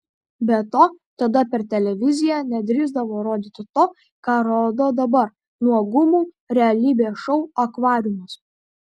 be to tada per televiziją nedrįsdavo rodyti to ką rodo dabar nuogumų realybės šou akvariumas